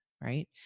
right